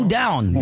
down